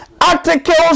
articles